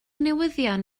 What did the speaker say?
newyddion